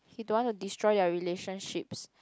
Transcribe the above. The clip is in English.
he don't want to destroy their relationships